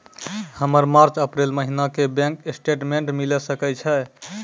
हमर March April महीना के बैंक स्टेटमेंट मिले सकय छै?